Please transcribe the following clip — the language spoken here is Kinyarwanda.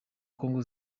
kongo